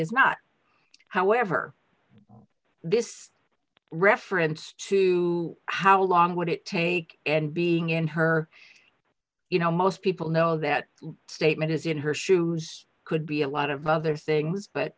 is not however this reference to how long would it take and being in her you know most people know that statement is in her shoes could be a lot of other things but